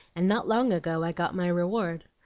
and not long ago i got my reward.